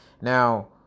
Now